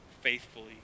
faithfully